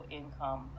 income